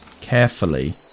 carefully